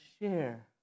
share